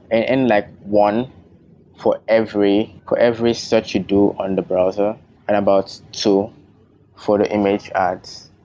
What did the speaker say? and and like one for every for every search you do on the browser, and about two for the image ads.